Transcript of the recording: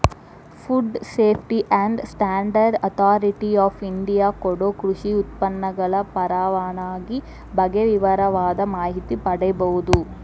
food safety and standard authority of India ಕೊಡೊ ಕೃಷಿ ಉತ್ಪನ್ನಗಳ ಪರವಾನಗಿ ಬಗ್ಗೆ ವಿವರವಾದ ಮಾಹಿತಿ ಪಡೇಬೋದು